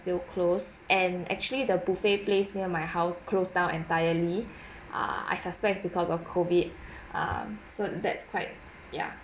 still close dand actually the buffet place near my house closed down entirely err I suspect because of COVID um so that's quite ya